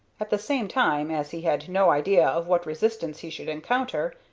at the same time, as he had no idea of what resistance he should encounter,